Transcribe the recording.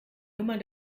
nummer